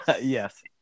Yes